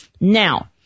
now